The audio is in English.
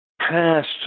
past